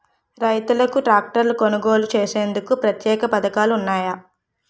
రైతులకు ట్రాక్టర్లు కొనుగోలు చేసేందుకు ప్రత్యేక పథకాలు ఉన్నాయా?